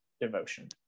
devotion